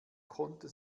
konnte